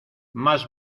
más